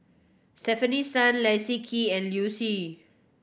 Stefanie Sun Leslie Kee and Liu Si